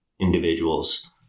individuals